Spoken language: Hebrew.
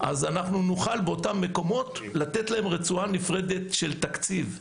נוכל באותם מקומות לתת רצועת תקציב נפרדת.